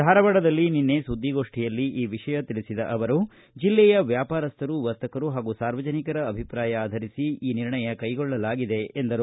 ಧಾರವಾಡದಲ್ಲಿ ನಿನ್ನೆ ಸುದ್ದಿಗೋಷ್ಟಿಯಲ್ಲಿ ಈ ವಿಷಯ ತಿಳಿಸಿದ ಅವರು ಜಿಲ್ಲೆಯ ವ್ಯಾಪಾರಸ್ವರು ವರ್ತಕರು ಪಾಗೂ ಸಾರ್ವಜನಿಕರ ಅಭಿಪ್ರಾಯ ಆಧರಿಸಿ ಈ ನಿರ್ಣಯ ಕೈಗೊಳ್ಳಲಾಗಿದೆ ಎಂದರು